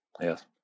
yes